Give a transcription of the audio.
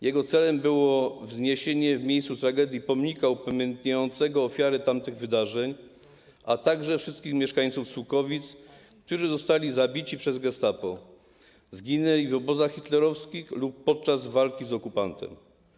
Jego celem było wzniesienie w miejscu tragedii pomnika upamiętniającego ofiary tamtych wydarzeń, a także wszystkich mieszkańców Sułkowic, którzy zostali zabici przez gestapo, zginęli w obozach hitlerowskich lub podczas walki z okupantem.